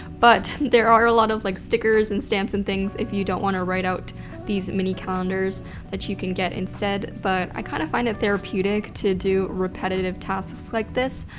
but there are a lot of like stickers and stamps and things if you don't wanna write out these mini calendars that you can get instead. but i kinda find it therapeutic to do repetitive tasks like this.